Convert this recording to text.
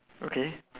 okay